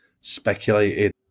speculated